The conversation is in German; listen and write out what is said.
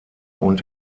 und